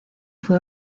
fue